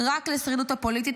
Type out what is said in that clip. רק לשרידות הפוליטית,